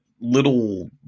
little